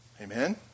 Amen